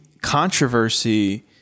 controversy